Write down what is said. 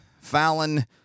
Fallon